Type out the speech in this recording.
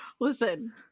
listen